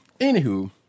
anywho